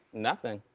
nothing.